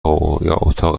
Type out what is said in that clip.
اتاق